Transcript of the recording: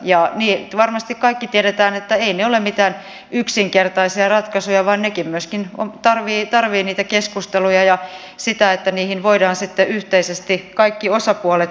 ja varmasti kaikki tiedämme että eivät ne ole mitään yksinkertaisia ratkaisuja vaan myöskin ne tarvitsevat niitä keskusteluja ja sitä että niihin voimme sitten yhteisesti kaikki osapuolet sitoutua